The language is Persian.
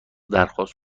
درخواست